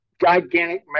gigantic